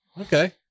Okay